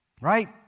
Right